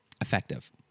effective